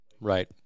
Right